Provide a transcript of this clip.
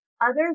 Others